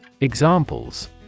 Examples